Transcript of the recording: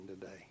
today